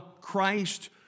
Christ